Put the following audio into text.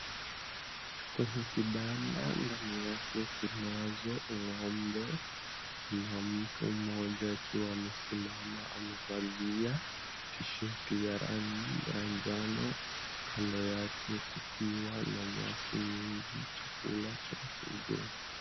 Kwenye kibanda, ndani yake kunazo ng'ombe na mtu mmoja akiwa amesimama amevalia tisheti ya rangi ya njano kando yake kukiwa na nyasi nyingi, chakula cha mifugo.